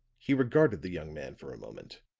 he regarded the young man for a moment,